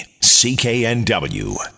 CKNW